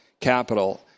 capital